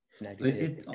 negative